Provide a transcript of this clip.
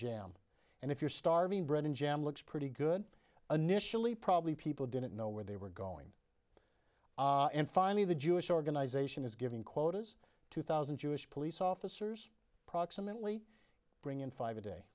jam and if you're starving bread and jam looks pretty good initially probably people didn't know where they were going and finally the jewish organization is giving quotas two thousand jewish police officers approximately bring in five a day